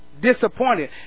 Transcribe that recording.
Disappointed